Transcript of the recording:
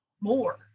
more